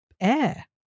air